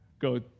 Go